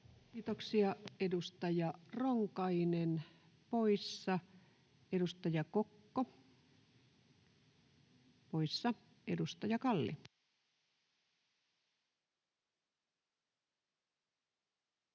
Kiitoksia. — Edustaja Ronkainen poissa, edustaja Kokko poissa. — Edustaja Kalli.